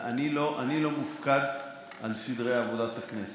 אני לא מופקד על סדרי עבודת הכנסת.